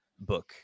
book